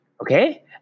Okay